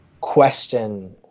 question